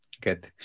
Good